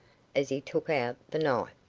as he took out the knife,